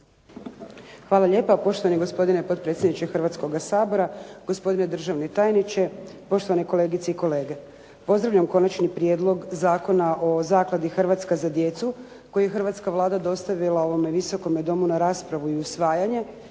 Hvala lijepa poštovani gospodine potpredsjedniče Hrvatskoga sabora. Gospodine državni tajniče, poštovane kolegice i kolege. Pozdravljam Konačni prijedlog Zakona o zakladi "Hrvatska za djecu" koji je hrvatska Vlada dostavila ovome Visokome domu na raspravu i usvajanje,